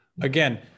again